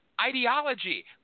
ideology